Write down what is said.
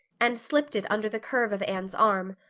and slipped it under the curve of anne's arm.